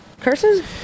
Curses